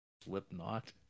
slipknot